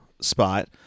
spot